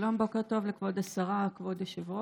שלום, בוקר טוב לכבוד השרה, כבוד היושב-ראש.